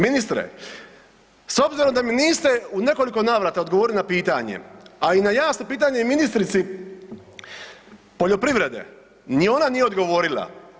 Ministre, s obzirom da mi niste u nekoliko navrata odgovorili na pitanje, a i na jasno pitanje ministrici poljoprivrede, ni ona nije odgovorila.